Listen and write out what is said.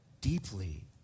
deeply